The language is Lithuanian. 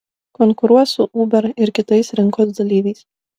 konkuruos su uber ir kitais rinkos dalyviais